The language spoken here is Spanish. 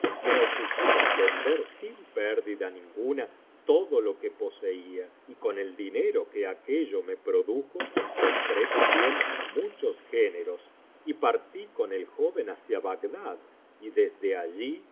me ocupé en vender sin pérdida ninguna todo lo que poseía y con el dinero que aquello me produjo compré también muchos géneros y partí con el joven hacia bagdad y desde allí